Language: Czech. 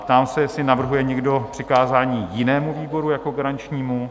Ptám se, jestli navrhuje někdo přikázání jinému výboru jako garančnímu?